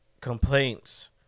complaints